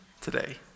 today